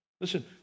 Listen